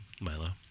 Milo